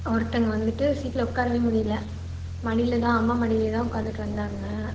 ஒருத்தங்க வந்துட்டு சீட்டில் உட்காரவே முடியல மடியில் தான் அம்மா மடிலயே தான் உட்காந்துட்டு வந்தாங்க